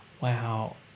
Wow